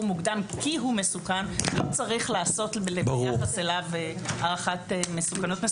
מוקדם כי הוא מסוכן ביחס אליו לא צריך לעשות הערכת מסוכנות.